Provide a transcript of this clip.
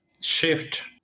shift